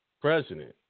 President